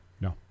No